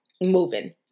Moving